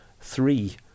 three